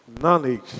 knowledge